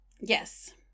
Yes